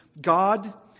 God